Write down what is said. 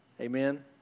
Amen